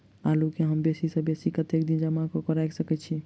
आलु केँ हम बेसी सऽ बेसी कतेक दिन जमा कऽ क राइख सकय